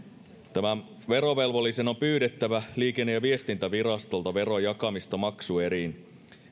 verovelvollisen on pyydettävä liikenne ja viestintävirastolta veron jakamista maksueriin